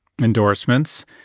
endorsements